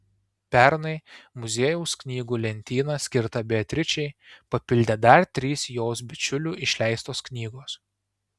pernai muziejaus knygų lentyną skirtą beatričei papildė dar trys jos bičiulių išleistos knygos